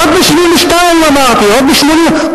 עוד ב-1972 אמרתי, עוד ב-1980.